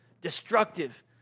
destructive